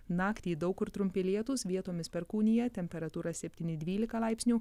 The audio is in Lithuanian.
naktį daug kur trumpi lietūs vietomis perkūnija temperatūra septyni dvylika laipsnių